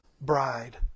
bride